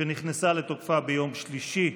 שנכנסה לתוקפה ביום שלישי,